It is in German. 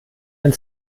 ein